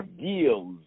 Deals